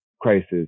crisis